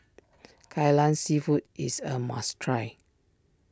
Kai Lan Seafood is a must try